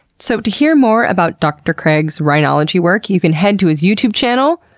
so, to hear more about dr. craig's rhinology work you can head to his youtube channel,